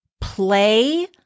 play